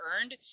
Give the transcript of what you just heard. earned